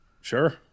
Sure